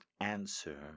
answer